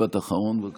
משפט אחרון, בבקשה.